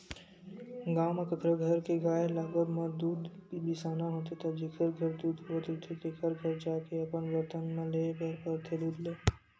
गाँव म कखरो घर के गाय लागब म दूद बिसाना होथे त जेखर घर दूद होवत रहिथे तेखर घर जाके अपन बरतन म लेय बर परथे दूद ल